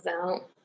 out